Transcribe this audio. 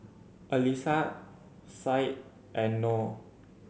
Alyssa Said and Noh